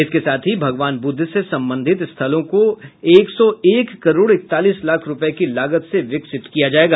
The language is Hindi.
इसके साथ ही भगवान बुद्ध से संबंधित स्थलों को एक सौ एक करोड़ इकतलीस लाख रूपये की लागत से विकसित किया जायेगा